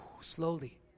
slowly